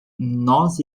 nós